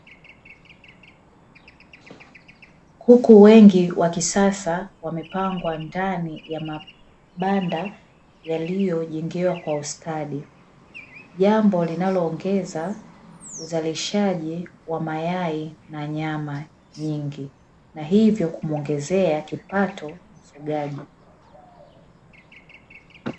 Kuku wengi wa kisasa wamepangwa ndani ya mabanda yaliyojengewa kwa ustadi, jambo linaloongeza uzalishaji wa mayai na nyama nyingi na hivyo kumuongezea kipato mfugaji.